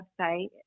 website